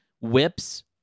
whips